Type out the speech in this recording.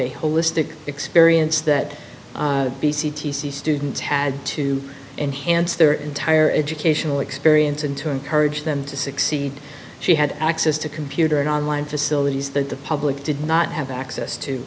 a holistic experience that the students had to enhance their entire educational experience and to encourage them to succeed she had access to computer and online facilities that the public did not have access to